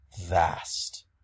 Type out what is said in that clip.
vast